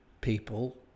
people